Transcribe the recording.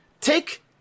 take